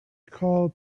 call